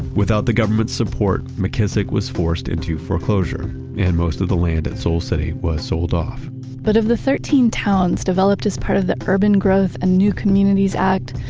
without the government support, mckissick was forced into foreclosure and most of the land at soul city was sold off but of the thirteen towns developed as part of the urban growth and new communities act,